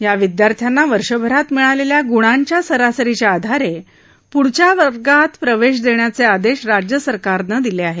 या विद्यार्थ्यांना वर्षभरात मिळालेल्या ग्णांच्या सरासरीच्या आधारे प्ढच्या वर्गात प्रवेश देण्याचे आदेश राज्य सरकारने दिले आहेत